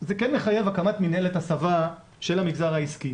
מחייב הקמת מנהלת הסבה של המגזר העסקי.